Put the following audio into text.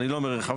אני לא אומר רחבה,